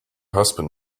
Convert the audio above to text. husband